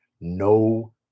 no